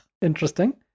Interesting